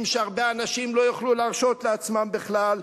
שהרבה אנשים לא יוכלו להרשות לעצמם בכלל.